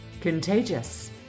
contagious